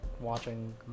watching